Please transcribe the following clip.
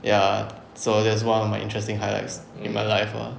ya so that's one of my interesting highlights in my life ah